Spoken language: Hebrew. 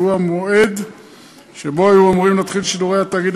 והוא המועד שבו היו אמורים להתחיל שידורי תאגיד